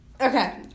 Okay